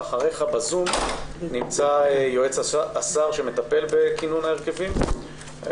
אחריך בזום נמצא יועץ השר שמטפל בכינון ההרכבים,